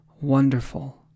wonderful